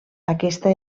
aquesta